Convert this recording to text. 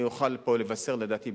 לפי דעתי,